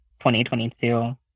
2022